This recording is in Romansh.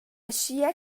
aschia